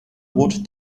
wood